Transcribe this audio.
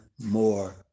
more